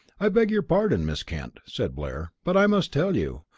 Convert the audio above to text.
i beg your pardon, miss kent, said blair. but i must tell you.